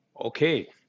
Okay